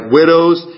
widows